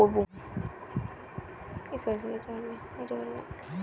Bank passbook update কি করে করবো?